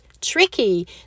tricky